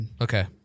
Okay